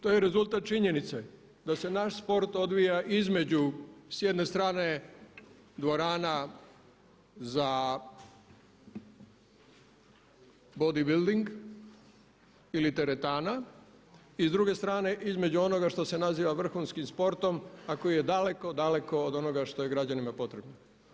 To je rezultat činjenice da se naš sport odvija između s jedne strane dvorana za bodybuilding ili teretana i s druge strane između onoga što se naziva vrhunskim sportom a koji je daleko, daleko od onoga što je građanima potrebno.